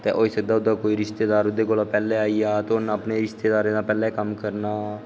ते होई सकदा ओह्दा कोई रिश्तेदार पैह्लें आई जा ते रिश्तेदारें दा पैह्लें कम्म करना